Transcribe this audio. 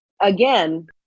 Again